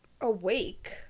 awake